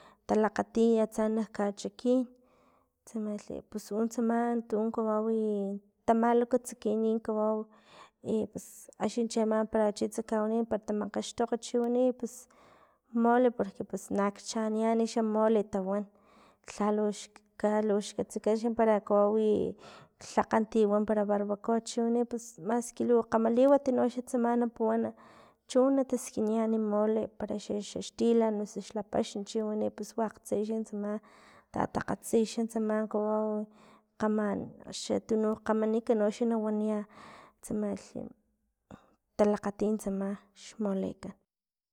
Talakgati atsa nak kachikin tsamalhi pus u tsama tun kawawi tamalakatsuki kawau axni chiama tsa chitskawani natamakgastok chiwani pus mole porque pus na akchaan xa mole tawan lhalux ka katsikan xa para kawawi tlakgantiwa para barbacoa chiwani pus maski lu kgama liwat noxa tsama na puwan chono na taskiniyan mole para xa xaxtilan osu xlapax chiwani pus wakgtse xantsama tatakgatsi xantsama kawawi kgama xa tununk kgamanika no axni na waniyan tsamalhi talakgati tsama xmolekan.